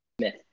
Smith